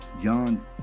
Johns